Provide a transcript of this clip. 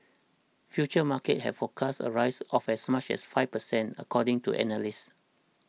futures markets had forecast a rise of as much as five percent according to analysts